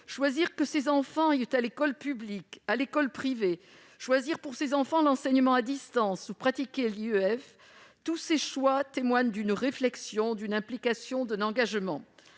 choisir que ses enfants aillent à l'école publique ou à l'école privée, choisir pour ses enfants l'enseignement à distance ou pratiquer l'instruction en famille, toutes ces décisions témoignent d'une réflexion, d'une implication et d'un engagement.